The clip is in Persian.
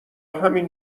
همین